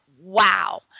wow